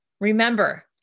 Remember